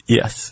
Yes